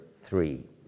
three